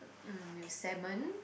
mm with salmon